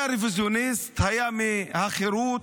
היה רוויזיוניסט, היה מחרות,